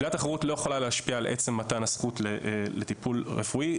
שלילת החירות לא יכולה להשפיע על עצם מתן הזכות לטיפול רפואי,